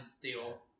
deal